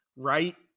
right